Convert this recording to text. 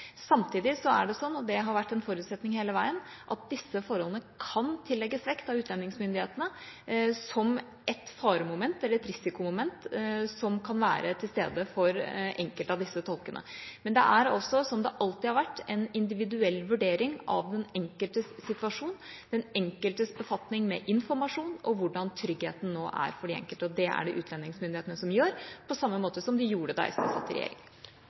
Samtidig er det sånn, og det har vært en forutsetning hele veien, at disse forholdene kan tillegges vekt av utlendingsmyndighetene som et faremoment eller et risikomoment for enkelte av disse tolkene. Men det er altså, som det alltid har vært, en individuell vurdering av den enkeltes situasjon, den enkeltes befatning med informasjon og hvordan tryggheten nå er for den enkelte. Det er det utlendingsmyndighetene som vurderer, på samme måte som de gjorde da SV satt i regjering.